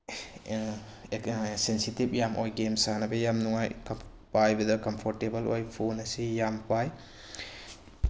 sensitive ꯌꯥꯝ ꯑꯣꯏ game ꯁꯥꯟꯅꯕ ꯌꯥꯝ ꯅꯨꯡꯉꯥꯏ ꯄꯥꯏꯕꯗ ꯀꯝꯐꯣꯔꯇꯦꯕꯜ ꯑꯣꯏ ꯐꯣꯟ ꯑꯁꯤ ꯌꯥꯝ ꯄꯥꯏ